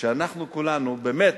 שאנחנו כולנו באמת,